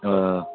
ہاں